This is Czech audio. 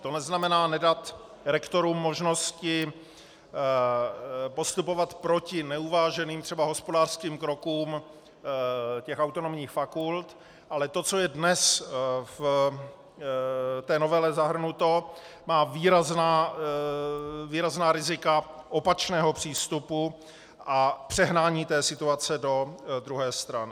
To neznamená nedat rektorům možnosti postupovat proti neuváženým, třeba hospodářským krokům těch autonomních fakult, ale to, co je dnes v té novele zahrnuto, má výrazná rizika opačného přístupu a přehnání té situace do druhé strany.